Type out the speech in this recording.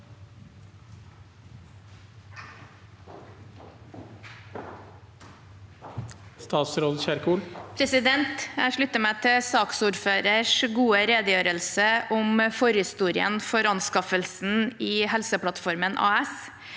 Jeg slutter meg til saksordførerens gode redegjørelse om forhistorien for anskaffelsen i Helseplattformen AS.